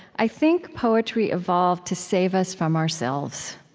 i think poetry evolved to save us from ourselves.